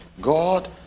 God